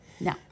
No